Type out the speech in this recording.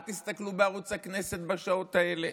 אל תסתכלו בערוץ הכנסת בשעות האלה?